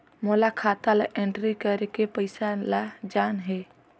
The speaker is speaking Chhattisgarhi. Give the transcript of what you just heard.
मोला खाता ला एंट्री करेके पइसा ला जान हे?